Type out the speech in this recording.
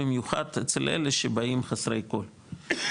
במיוחד אצל אלה שבאים חסרי כל,